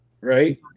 Right